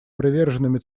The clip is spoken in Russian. приверженными